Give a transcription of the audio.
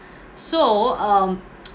so um